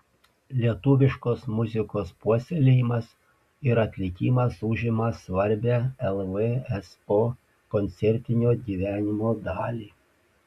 lietuviškos muzikos puoselėjimas ir atlikimas užima svarbią lvso koncertinio gyvenimo dalį